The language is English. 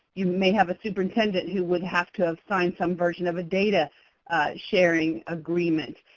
you may have a superintendent who would have to assign some version of a data so sharing agreement.